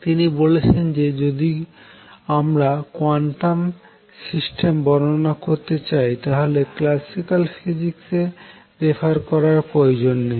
তিনি বলেছেন যে যদি আমরা কোয়ান্টাম সিস্টেমে বর্ণনা করতে চাই তাহলে ক্ল্যাসিক্যাল ফিজিক্সে রেফার করার প্রয়োজন নেই